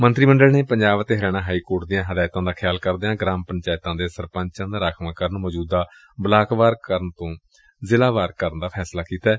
ਮੰਤਰੀ ਮੰਡਲ ਨੇ ਪੰਜਾਬ ਅਤੇ ਹਰਿਆਣਾ ਹਾਈਕੋਰਟ ਦੀਆਂ ਹਦਾਇਤਾਂ ਦਾ ਖਿਆਲ ਕਰਦਿਆਂ ਗਰਾਮ ਪੰਚਾਇਤਾਂ ਦੇ ਸਰਪੰਚਾਂ ਦਾ ਰਾਖਵਾਂਕਰਨ ਮੌਜੁਦਾ ਬਲਾਕਵਾਰ ਕਰਨ ਤੋਂ ਜ਼ਿਲਾਵਾਰ ਕਰਨ ਦਾ ਫੈਸਲਾ ਕੀਤੈ